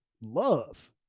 love